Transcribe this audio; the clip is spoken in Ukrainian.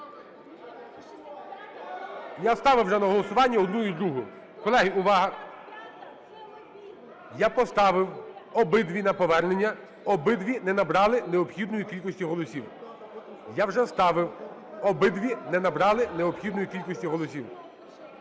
Я ставив уже на голосування одну і другу. Колеги, увага. Я поставив обидві на повернення, обидві не набрали необхідної кількості голосів. Я вже ставив, обидві не набрали необхідної кількості голосів.